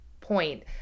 point